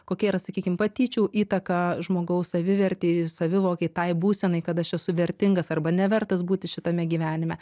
kokia yra sakykim patyčių įtaka žmogaus savivertei savivokai tai būsenai kad aš esu vertingas arba nevertas būti šitame gyvenime